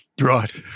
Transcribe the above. Right